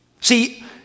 See